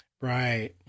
Right